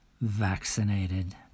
vaccinated